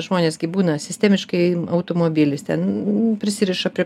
žmonės gi būna sistemiškai automobilis ten prisiriša prie